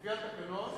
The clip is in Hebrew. לפי התקנון,